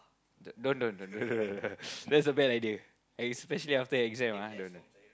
don't don't don't that's a bad idea especially after exam ah don't don't